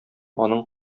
аның